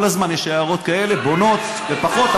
כל הזמן יש הערות בונות ופחות,